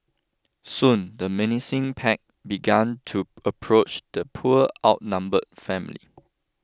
soon the menacing pack began to approach the poor outnumbered family